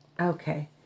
Okay